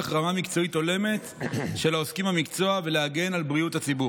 רמה מקצועית הולמת של העוסקים במקצוע זה ולהגן על בריאות הציבור.